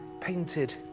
painted